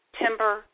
timber